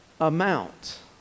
amount